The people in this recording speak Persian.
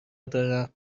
دارم